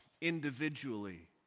individually